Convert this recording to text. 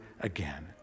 again